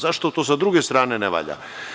Zašto to sa druge strane ne valja?